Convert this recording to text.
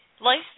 life